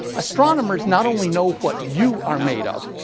astronomers not only know what you are made of,